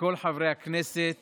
מכל חברי הכנסת